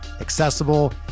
accessible